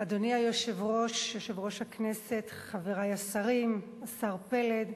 אדוני יושב-ראש הכנסת, חברי השרים, השר פלד,